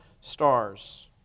stars